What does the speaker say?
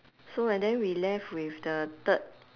so and then we left with the third